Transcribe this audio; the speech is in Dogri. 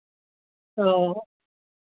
हां